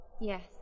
Yes